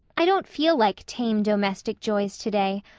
i don't feel like tame domestic joys today.